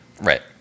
Right